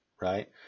Right